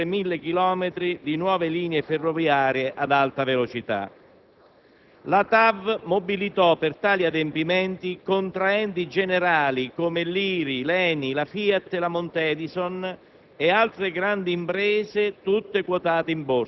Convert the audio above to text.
per la progettazione e la costruzione di oltre 1.000 chilometri di nuove linee ferroviarie ad alta velocità. La TAV mobilitò, per tali adempimenti, contraenti generali come l'IRI, l'ENI, la FIAT e la Montedison